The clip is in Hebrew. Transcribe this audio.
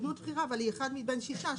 דמות בכירה, אבל היא אחד מבין שישה.